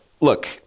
Look